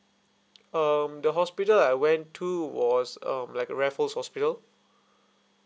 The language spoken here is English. um the hospital I went to was um like raffles hospital